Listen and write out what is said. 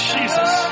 Jesus